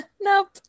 nope